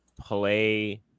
play